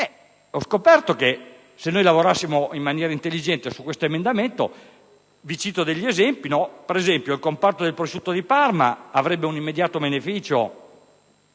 ho scoperto che se lavorassimo in maniera intelligente su questo emendamento - vi cito degli esempi - il comparto del prosciutto di Parma avrebbe un immediato beneficio